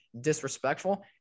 disrespectful